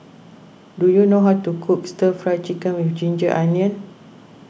do you know how to cook Stir Fry Chicken with Ginger Onions